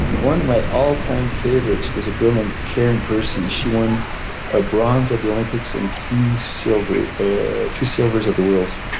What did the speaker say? one of my all time favorites was a girl named karen percy. she won a bronze at the olympics and two silvers ah two silvers at the worlds,